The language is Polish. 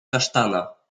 kasztana